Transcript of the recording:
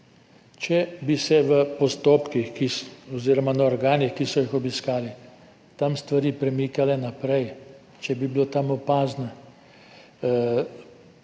Če bi se v postopkih oziroma na organih, ki so jih obiskali, tam stvari premikale naprej, če bi bila tam opazna